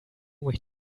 mich